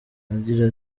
agira